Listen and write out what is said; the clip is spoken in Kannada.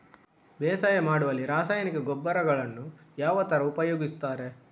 ಬೇಸಾಯ ಮಾಡುವಲ್ಲಿ ರಾಸಾಯನಿಕ ಗೊಬ್ಬರಗಳನ್ನು ಯಾವ ತರ ಉಪಯೋಗಿಸುತ್ತಾರೆ?